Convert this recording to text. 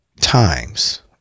times